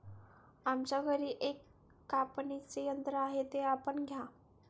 आमच्या घरी एक कापणीचे यंत्र आहे ते आपण घ्या